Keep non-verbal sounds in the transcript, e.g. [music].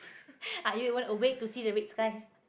[laughs] are you even awake to see the red sky